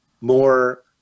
more